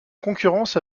concurrence